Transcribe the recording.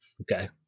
Okay